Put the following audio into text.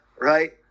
right